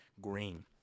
Green